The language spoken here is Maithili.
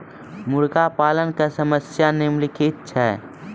मुर्गा पालन के समस्या निम्नलिखित छै